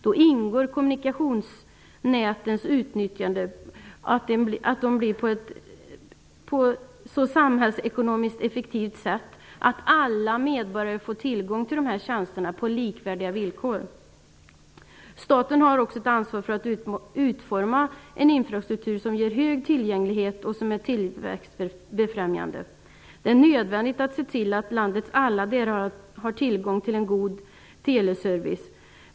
Då ingår att kommunikationsnätens utnyttjande blir så samhällsekonomiskt effektivt att alla medborgare får tillgång till detta på likvärdiga villkor. Staten har också ett ansvar för att utforma en infrastruktur som ger hög tillgänglighet och som är tillväxtbefrämjande. Det är nödvändigt att se till att landets alla delar har tillgång till en god teleservice.